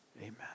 Amen